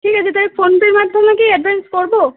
ঠিক আছে তাহলে ফোন পের মাধ্যমে কি অ্যাডভান্স করব